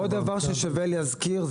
עוד דבר ששווה להזכיר,